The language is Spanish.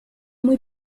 muy